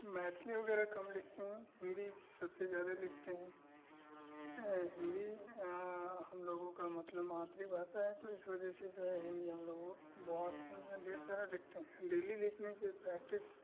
मैथिली वगैरह कम लिखते हैं हिन्दी सबसे ज़्यादा लिखते हैं हिन्दी हम लोगों का मतलब मातृभाषा है तो इसको जैसे जो है हिन्दी हम लोगों बहुत ढेर सारा लिखते हैं डेली लिखने से प्रैक्टिस